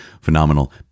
phenomenal